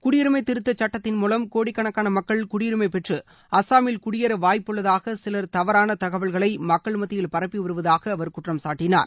குடியுரிமை திருத்தச் சுட்டத்தின் மூலம் கோடி கணக்கான மக்கள் குடியுரிமை பெற்று அசாமில் குடியேற வாய்ப்புள்ளதாக சிலர் தவறான தகவல்களை மக்கள் மத்தியில் பரப்பிவருதாக அவர் குற்றம் சாட்டினார்